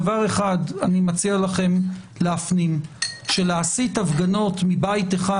דבר אחד אני מציע לכם להפנים שלהסיט הפגנות מבית אחד